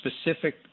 specific